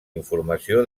informació